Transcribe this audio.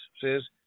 says